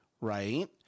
right